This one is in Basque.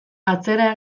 atzera